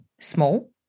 small